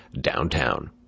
Downtown